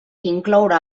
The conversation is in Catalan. incloure